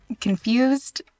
confused